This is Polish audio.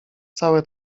całe